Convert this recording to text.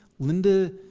linda,